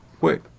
Wait